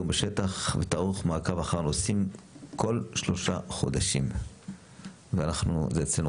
בשטח ותערוך מעקב כל שלושה חודשים וזה רשום אצלנו.